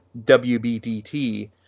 WBDT